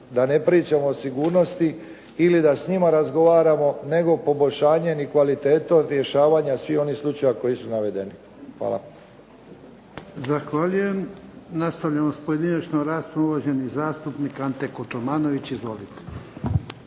da ne pričamo o sigurnosti ili da s njima razgovaramo, nego poboljšanjem i kvalitetom rješavanja svih onih slučaja koji su navedeni. Hvala. **Jarnjak, Ivan (HDZ)** Zahvaljujem. Nastavljamo s pojedinačnom raspravom. Uvaženi zastupnik Ante Kotromanović. Izvolite.